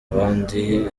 abandi